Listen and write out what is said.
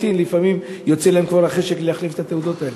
ולפעמים יוצא להם כבר החשק להחליף את התעודות האלה.